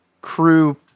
crew